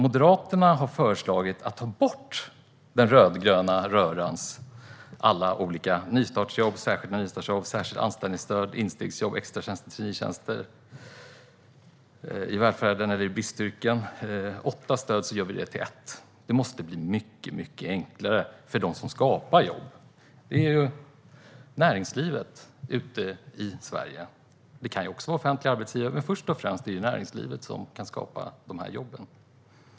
Moderaterna har därför föreslagit att man tar bort alla den rödgröna rörans olika nystartsjobb, särskilda nystartsjobb, särskilda anställningsstöd, instegsjobb och extra traineetjänster i välfärden eller i bristyrken. Vi gör åtta stöd till ett. Det måste bli mycket enklare för dem som skapar jobb: näringslivet ute i Sverige. Det kan också vara offentliga arbetsgivare, men först och främst är det näringslivet som kan skapa dessa jobb.